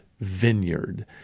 vineyard